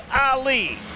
Ali